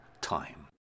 time